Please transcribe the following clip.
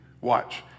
Watch